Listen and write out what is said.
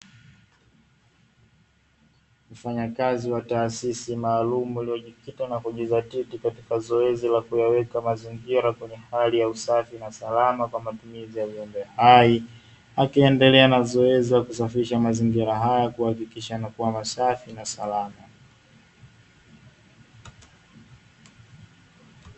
Mfanyakazi wa taasisi maalumu iliyojikita na kujidhatiti katika zoezi la kuyaweka mazingira kwenye hali ya usafi na salama, kwa matumizi ya viumbe hai akiendelea na zoezi la kusafisha mazingira hayo, kuhakikisha yanakuwa sfi na salama.